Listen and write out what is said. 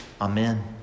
Amen